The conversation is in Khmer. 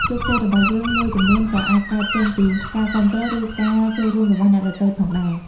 ជោគជ័យរបស់យើងមួយចំនួនក៏អាចកើតចេញពីការគាំទ្រ ឬការចូលរួមរបស់អ្នកដទៃផងដែរ។